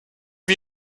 wie